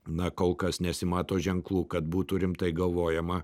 na kol kas nesimato ženklų kad būtų rimtai galvojama